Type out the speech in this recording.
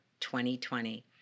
2020